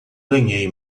ganhei